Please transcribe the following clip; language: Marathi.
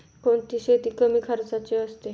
कोणती शेती कमी खर्चाची असते?